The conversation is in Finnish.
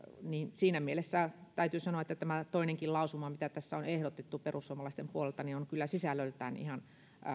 siinä mielessä täytyy sanoa että tämä toinenkin lausuma mitä tässä on ehdotettu perussuomalaisten puolelta on kyllä sisällöltään ihan